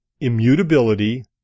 immutability